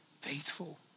faithful